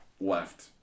left